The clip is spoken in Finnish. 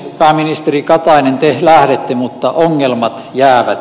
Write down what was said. pääministeri katainen te lähdette mutta ongelmat jäävät